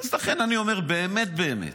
אז לכן אני אומר, באמת באמת,